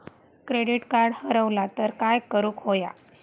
Credit card हरवला तर काय करुक होया?